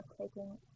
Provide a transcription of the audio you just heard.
taking